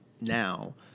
now